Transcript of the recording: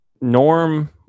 norm